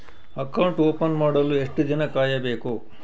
Account open ಮಾಡಲು ಎಷ್ಟು ದಿನ ಕಾಯಬೇಕು?